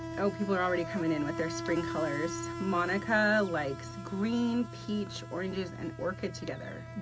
oh people are already coming in with their spring colors. monica likes green, peach, oranges and orchid together.